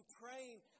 praying